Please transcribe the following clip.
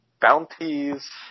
bounties